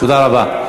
תודה רבה.